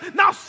now